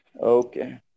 Okay